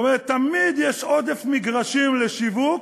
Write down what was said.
זאת אומרת, תמיד יש עודף מגרשים לשיווק,